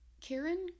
Karen